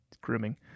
grooming